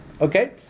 Okay